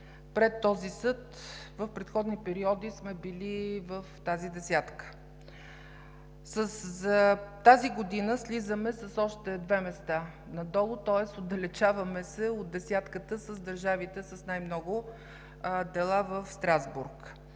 пред този съд. В предходни периоди сме били в тази десетка. За тази година слизаме с още две места надолу, тоест отдалечаваме се от десетката с най-много дела в Страсбург.